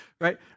right